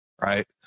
right